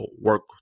work